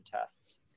tests